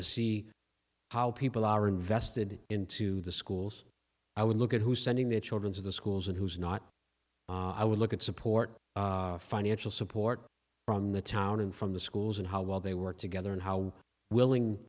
to see how people are invested into the schools i would look at who's sending their children to the schools and who's not i would look at support financial support from the town and from the schools and how well they work together and how willing